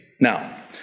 Now